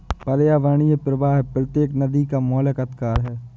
पर्यावरणीय प्रवाह प्रत्येक नदी का मौलिक अधिकार है